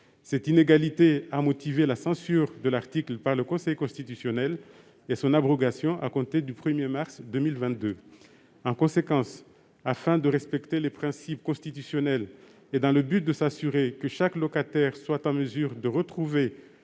Cette inégalité a motivé la censure de l'article par le Conseil constitutionnel et son abrogation à compter du 1 mars 2022. En conséquence, afin de respecter les principes constitutionnels et de s'assurer que chaque locataire est en mesure de retrouver